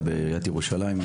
שעבד בעיריית ירושלים,